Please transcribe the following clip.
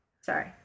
Sorry